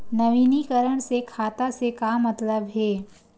नवीनीकरण से खाता से का मतलब हे?